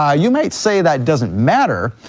ah you might say that doesn't matter,